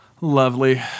Lovely